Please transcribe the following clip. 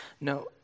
No